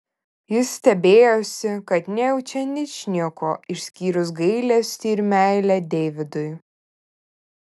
jis stebėjosi kad nejaučia ničnieko išskyrus gailestį ir meilę deividui